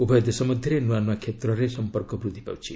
ଉଭୟ ଦେଶ ମଧ୍ୟରେ ନୂଆ ନୂଆ କ୍ଷେତ୍ରରେ ସମ୍ପର୍କ ବୃଦ୍ଧି ପାଉଛି